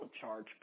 charge